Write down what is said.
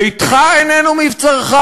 ביתך איננו מבצרך.